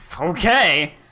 Okay